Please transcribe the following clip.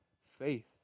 faith